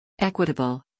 Equitable